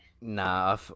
Nah